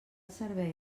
servei